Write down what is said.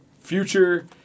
future